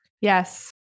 Yes